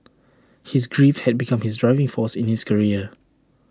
his grief had become his driving force in his career